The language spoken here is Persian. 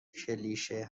کلیشه